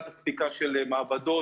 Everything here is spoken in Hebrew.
הוצג לוועדה הזו שבערב המשבר במדינת